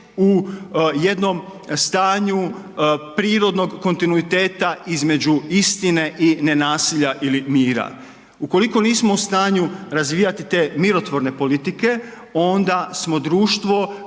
u jednom stanju prirodnog kontinuiteta između istine i nenasilja ili mira. Ukoliko nismo u stanju razvijati te mirotvorne politike onda smo društvo